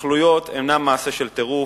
ההתנחלויות אינן מעשה של טירוף,